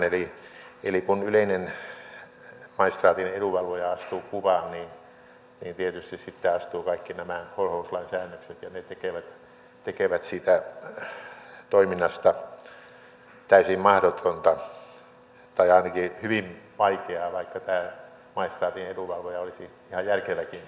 eli kun yleinen maistraatin edunvalvoja astuu kuvaan niin tietysti sitten astuvat kaikki nämä holhouslain säännökset ja ne tekevät siitä toiminnasta täysin mahdotonta tai ainakin hyvin vaikeaa vaikka tämä maistraatin edunvalvoja olisi ihan järkeväkin henkilö